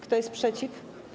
Kto jest przeciw?